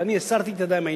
אני הסרתי את ידי מהעניין,